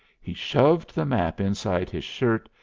he shoved the map inside his shirt,